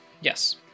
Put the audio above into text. Yes